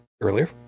earlier